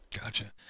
gotcha